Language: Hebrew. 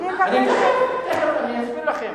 אני מבקשת, תיכף אסביר לכם.